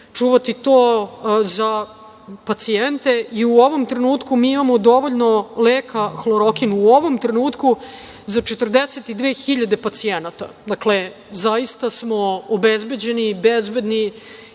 čuvati to za pacijente. U ovom trenutku mi imamo dovoljno leka "hlorokin", u ovom trenutku za 42 hiljade pacijenata. Dakle, zaista smo obezbeđeni i bezbedni,